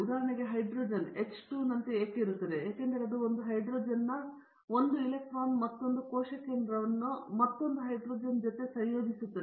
ಉದಾಹರಣೆಗೆ hydrogen H2 ನಂತೆ ಏಕೆ ಇರುತ್ತದೆ ಏಕೆಂದರೆ ಅದು ಒಂದು ಹೈಡ್ರೋಜನ್ನ ಒಂದು ಎಲೆಕ್ಟ್ರಾನ್ ಮತ್ತೊಂದು ಕೋಶಕೇಂದ್ರವನ್ನು ಮತ್ತೊಂದು ಹೈಡ್ರೋಜನ್ ಜೊತೆ ಸಂಯೋಜಿಸುತ್ತದೆ